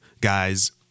guys